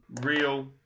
Real